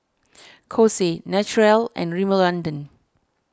Kose Naturel and Rimmel London